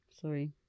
sorry